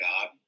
God